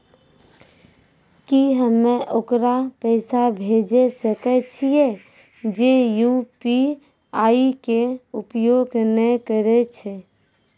की हम्मय ओकरा पैसा भेजै सकय छियै जे यु.पी.आई के उपयोग नए करे छै?